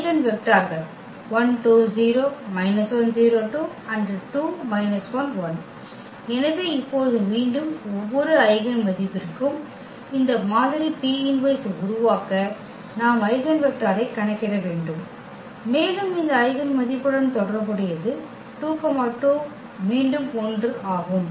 eigen வெக்டர்கள் எனவே இப்போது மீண்டும் ஒவ்வொரு ஐகென் மதிப்பிற்கும் இந்த மாதிரி P−1 ஐ உருவாக்க நாம் ஐகென் வெக்டரைக் கணக்கிட வேண்டும் மேலும் இந்த ஐகென் மதிப்புடன் தொடர்புடையது 2 2 மீண்டும் 1 ஆகும்